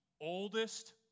oldest